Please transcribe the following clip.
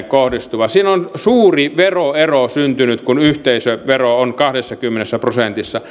kohdistuva siinä on suuri veroero syntynyt kun yhteisövero on kahdessakymmenessä prosentissa